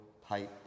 pipe